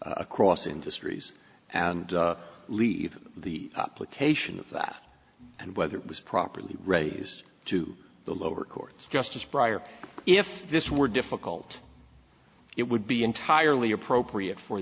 across industries and leave the haitian of that and whether it was properly raised to the lower courts of justice prior if this were difficult it would be entirely appropriate for